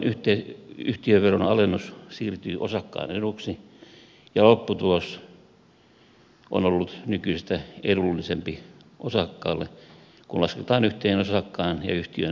tällöin yhtiöveron alennus siirtyi osakkaan eduksi ja lopputulos on ollut nykyistä edullisempi osakkaalle kun lasketaan yhteen osakkaan ja yhtiön maksamat verot